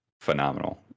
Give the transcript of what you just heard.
phenomenal